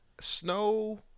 Snow